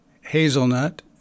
hazelnut